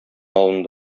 алынды